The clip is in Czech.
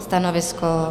Stanovisko?